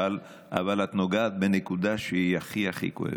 אבל את נוגעת בנקודה שהיא הכי הכי כואבת.